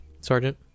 Sergeant